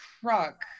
truck